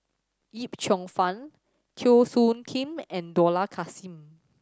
Yip Cheong Fun Teo Soon Kim and Dollah Kassim